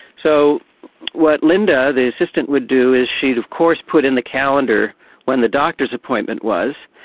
so what linda the assistant would do is she would of course put in the calendar when the doctor's appointment was,